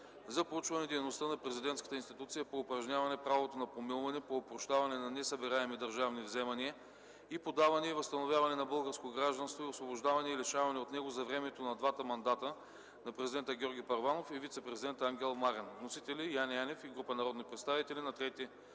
за проучване дейността на президентската институция по упражняване правото на помилване, по опрощаване на несъбираеми държавни вземания и по даване и възстановяване на българско гражданство и освобождаване и лишаване от него за времето на двата мандата на президента Георги Първанов и вицепрезидента Ангел Марин. Вносители – Яне Янев и група народни представители, 3